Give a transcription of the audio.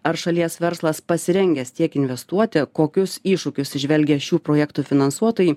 ar šalies verslas pasirengęs tiek investuoti kokius iššūkius įžvelgia šių projektų finansuotojai